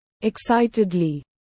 excitedly